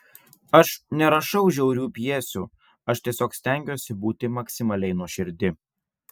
aš nerašau žiaurių pjesių aš tiesiog stengiuosi būti maksimaliai nuoširdi